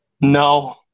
No